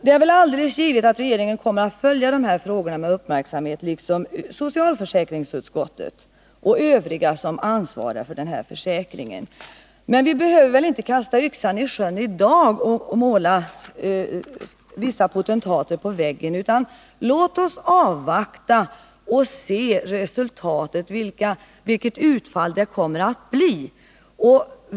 Det är väl alldeles givet att regeringen kommer att följa de här frågorna med uppmärksamhet, liksom socialförsäkringsutskottet och övriga som ansvarar för försäkringssystemet. Vi behöver inte kasta yxan i sjön i dag och måla en viss potentat på väggen. Låt oss avvakta och se vilket utfall det kommer att bli.